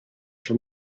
from